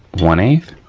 one eighth.